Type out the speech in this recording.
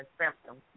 symptoms